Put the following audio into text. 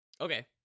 Okay